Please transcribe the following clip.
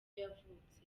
yavutse